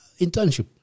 Internship